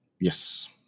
Yes